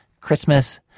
Christmas